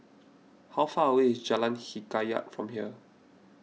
how far away is Jalan Hikayat from here